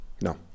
No